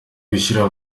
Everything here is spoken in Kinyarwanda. gushyira